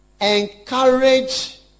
Encourage